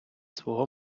свого